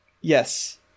Yes